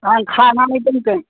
आं खानानै दोनगोन